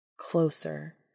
Closer